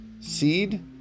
seed